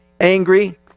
angry